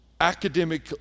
academic